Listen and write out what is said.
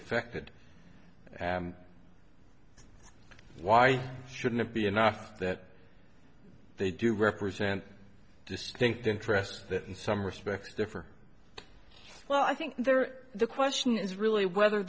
affected and why shouldn't it be enough that they do represent distinct interests that in some respects differ well i think there the question is really whether